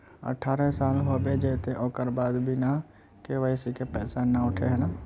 अठारह साल होबे जयते ओकर बाद बिना के.वाई.सी के पैसा न उठे है नय?